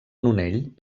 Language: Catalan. nonell